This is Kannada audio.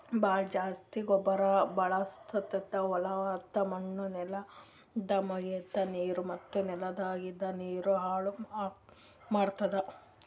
ಭಾಳ್ ಜಾಸ್ತಿ ರಸಗೊಬ್ಬರ ಬಳಸದ್ಲಿಂತ್ ಹೊಲುದ್ ಮಣ್ಣ್, ನೆಲ್ದ ಮ್ಯಾಗಿಂದ್ ನೀರು ಮತ್ತ ನೆಲದಾಗಿಂದ್ ನೀರು ಹಾಳ್ ಮಾಡ್ತುದ್